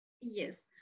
Yes